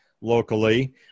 locally